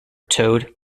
towed